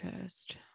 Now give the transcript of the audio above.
first